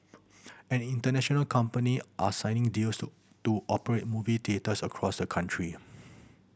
and international company are signing deals to to operate movie theatres across the country